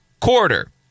quarter